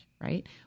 right